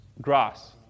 Grass